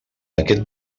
aquest